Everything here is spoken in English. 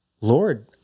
Lord